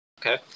Okay